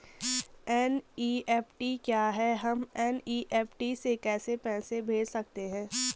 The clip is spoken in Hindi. एन.ई.एफ.टी क्या है हम एन.ई.एफ.टी से कैसे पैसे भेज सकते हैं?